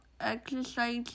exercise